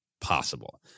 possible